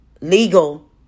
legal